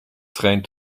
trein